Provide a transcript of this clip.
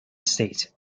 state